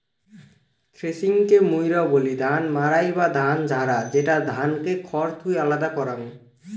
থ্রেশিংকে মুইরা বলি ধান মাড়াই বা ধান ঝাড়া, যেটা ধানকে খড় থুই আলাদা করাং